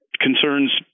concerns